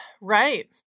right